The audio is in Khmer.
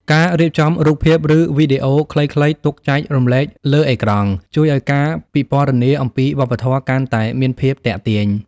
ការរៀបចំរូបភាព ឬវីដេអូខ្លីៗទុកចែករំលែកលើអេក្រង់ ជួយឱ្យការពិពណ៌នាអំពីវប្បធម៌កាន់តែមានភាពទាក់ទាញ។